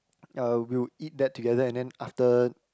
uh we would eat that together and then after